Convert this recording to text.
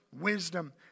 wisdom